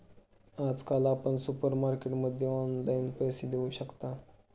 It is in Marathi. आजकाल आपण सुपरमार्केटमध्ये ऑनलाईन पैसे देऊ शकता